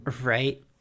right